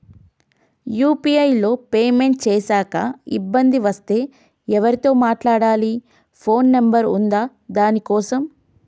UPI లో payment చేశాక ఇబ్బంది వస్తే ఎవరితో మాట్లాడాలి? ఫోన్ నంబర్ ఉందా దీనికోసం?